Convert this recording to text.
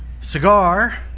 Cigar